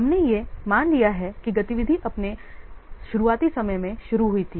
हमने यह मान लिया है कि गतिविधि अपने शुरुआती समय में शुरू हुई थी